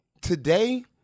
Today